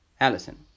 Allison